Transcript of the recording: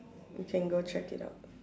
you can go check it out